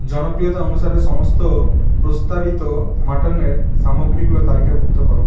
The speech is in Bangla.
জনপ্রিয়তা অনুসারে সমস্ত প্রস্তাবিত মাটনের সামগ্রীগুলো তালিকাভুক্ত করো